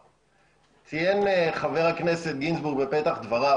ציין חבר הכנסת גינזבורג בפתח דבריו,